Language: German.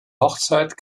hochzeit